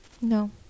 no